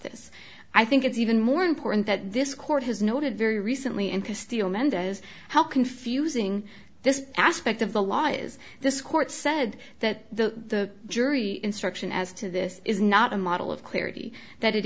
this i think it's even more important that this court has noted very recently and to steal mendez how confusing this aspect of the law is this court said that the jury instruction as to this is not a model of clarity that it